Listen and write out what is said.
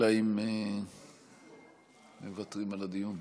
צריך להיות כאן, אלא אם כן מוותרים על הדיון.